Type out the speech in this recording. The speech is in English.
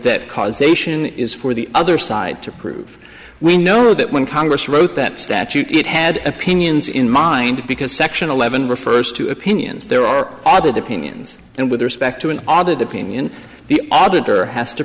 that causation is for the other side to prove we know that when congress wrote that statute it had opinions in mind because section eleven refers to opinions there are other the pinions and with respect to an audit opinion the auditor has to